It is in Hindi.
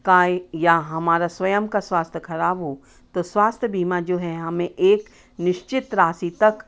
का या हमारा स्वयं का स्वास्थ्य ख़राब हो तो स्वास्थ्य बीमा जो है हमें एक निश्चित राशि तक